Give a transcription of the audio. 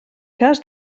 cas